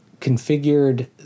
configured